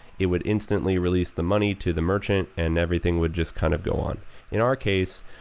it would instantly release the money to the merchant and everything would just kind of go on in our case,